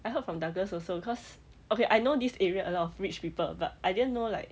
I heard from douglas also cause okay I know this area a lot of rich people but I didn't know like